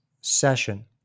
session